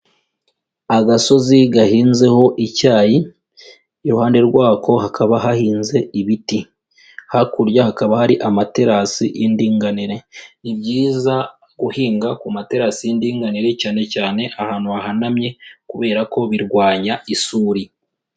Agasozi gahinzeho icyayi, iruhande rwako hakaba hahinze ibiti, hakurya hakaba hari amaterasi y'indinganire. Ni byiza guhinga ku materasi y'indinganire, cyane cyane ahantu hahanamye kubera ko birwanya isuri.